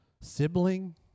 sibling